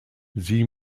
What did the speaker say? sie